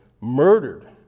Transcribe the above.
murdered